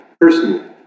personally